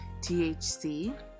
THC